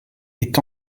est